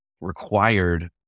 required